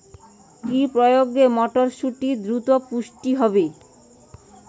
কি প্রয়োগে মটরসুটি দ্রুত পুষ্ট হবে?